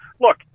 look